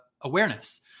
awareness